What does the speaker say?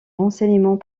renseignements